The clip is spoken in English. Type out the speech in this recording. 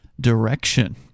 direction